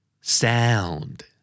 Sound